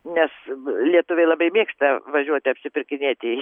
nes lietuviai labai mėgsta važiuoti apsipirkinėti